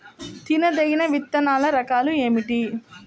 తినదగిన విత్తనాల రకాలు ఏమిటి?